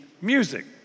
music